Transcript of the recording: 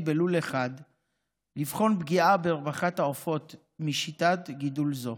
בלול אחד ולבחון פגיעה ברווחת העופות בשיטת גידול זו.